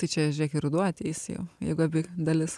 tai čia žiūrėk ir ruduo ateis jau jeigu abi dalis